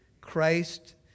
Christ